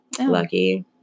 Lucky